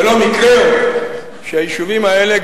ולא מקרה הוא שהיישובים האלה,